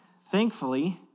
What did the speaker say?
Thankfully